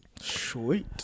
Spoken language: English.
Sweet